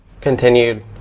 continued